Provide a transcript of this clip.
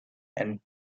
and